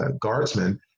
guardsmen